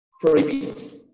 prohibits